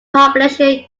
population